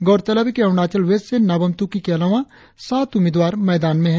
गौरतलब है कि अरुणाचल वेस्ट से नाबम तुकी के अलावा सात उम्मीदवार मैदान में है